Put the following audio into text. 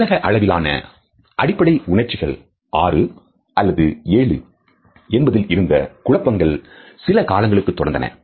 உலக அளவிலான அடிப்படை உணர்ச்சிகள் ஆறு அல்லது ஏழு என்பதில் இருந்த குழப்பங்கள் சில காலங்களுக்கு தொடர்ந்தன